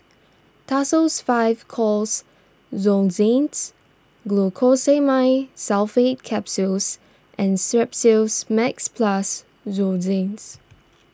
Tussils five Coughs Lozenges Glucosamine Sulfate Capsules and Strepsils Max Plus Lozenges